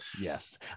Yes